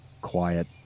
Quiet